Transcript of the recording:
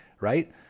right